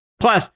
Plus